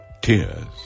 tears